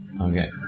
Okay